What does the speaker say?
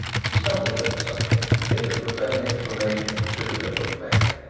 he stumbled over something, bit a profane exclamation in two, and looked back.